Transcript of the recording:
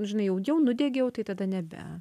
nu žinai jau nudegiau tai tada nebe